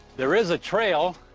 there is a trail